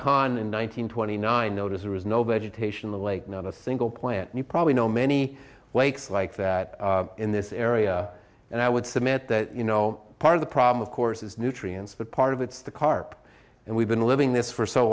hundred twenty nine notice there is no vegetation the lake not a single plant and you probably know many lakes like that in this area and i would submit that you know part of the problem of course is nutrients that part of it's the carp and we've been living this for so